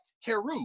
Heru